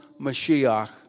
Mashiach